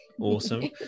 awesome